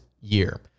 year